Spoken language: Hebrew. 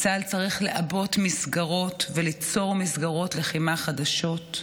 צה"ל צריך לעבות מסגרות וליצור מסגרות לחימה חדשות.